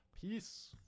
Peace